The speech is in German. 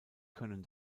können